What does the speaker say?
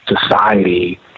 society